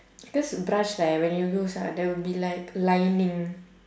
because brush right when you use ah there will be like lining